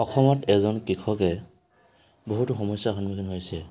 অসমত এজন কৃষকে বহুতো সমস্যাৰ সন্মুখীন হৈছে